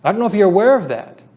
um know if you're aware of that.